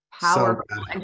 Powerful